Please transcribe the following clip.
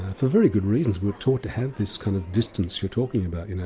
for very good reasons, we were taught to have this kind of distance you are talking about, you know